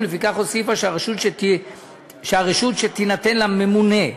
ולפיכך הוסיפה שהרשות שתינתן לממונֶה,